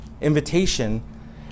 invitation